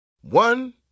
One